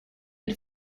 per